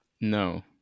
No